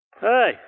hey